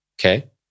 Okay